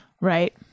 right